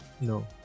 No